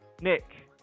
Nick